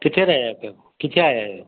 किथे रहिया पियो किथे आया आहियो